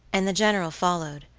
and the general followed.